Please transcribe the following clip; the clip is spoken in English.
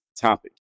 topic